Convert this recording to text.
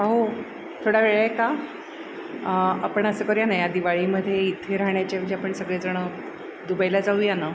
अहो थोडा वेळ आहे का आपण असं करूया ना या दिवाळीमध्ये इथे राहण्याच्या ऐवजी आपण सगळेजण दुबईला जाऊया ना